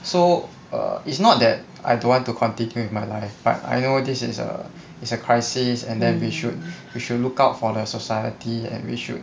so err it's not that I don't want to continue with my life but I know this is err is a crisis and then we should we should look out for the society and we should